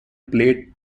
played